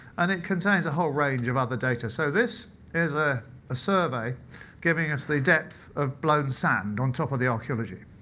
and it contains a whole range of other data. so this is ah a survey giving us the depth of blown sand on top of the archeology.